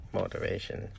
motivation